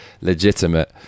legitimate